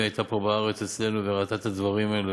הייתה פה בארץ וראתה את הדברים האלה.